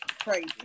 Crazy